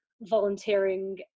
volunteering